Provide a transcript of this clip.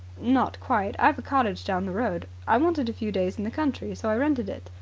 not quite. i've a cottage down the road. i wanted a few days in the country so i rented it.